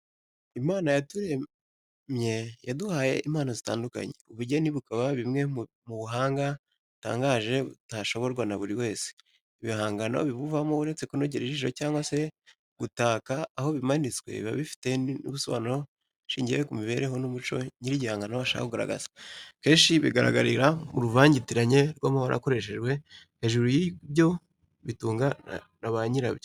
Imana yaturemye yaduhaye n'impano zitandukanye. Ubugeni bukaba bumwe mu buhanga batangaje butashoborwa na buri wese. Ibihangano bibuvamo, uretse kunogera ijisho, cyangwa se gutaka aho bimanitswe, biba bifite n'ibisobanuro bishingiye ku mibireho n'umuco nyir'igihangano ashaka kugaragaza. Kenshi bikagaragarira mu ruvangitiranye rw'amabara yakoreshejwe. Hejuru y'ibyo, bitunga na banyirabyo.